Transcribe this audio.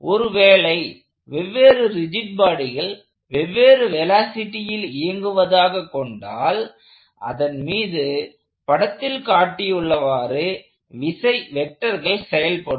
ஒருவேளை வெவ்வேறு ரிஜிட் பாடிகள் வெவ்வேறு வெலாசிட்டியில் இயங்குவதாக கொண்டால் அதன்மீது படத்தில் காட்டியுள்ளவாறு விசை வெக்டர்கள் செயல்படும்